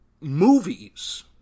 movies